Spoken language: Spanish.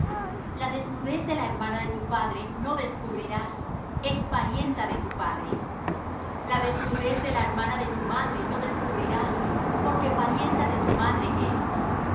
la desnudez de la hermana de tu padre no descubrirás es parienta de tu padre la desnudez de la hermana de tu madre no descubrirás porque parienta de tu madre es